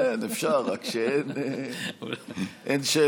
אפשר, רק שאין שאלות.